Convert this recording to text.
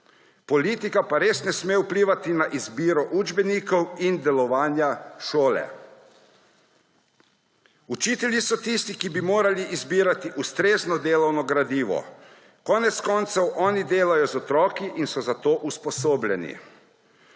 Politika pa res ne sme vplivati na izbiro učbenikov in delovanja šole. Učitelji so tisti, ki bi morali izbirati ustrezno delovno gradivo, konec koncev oni delajo z otroki in so za to usposobljeni.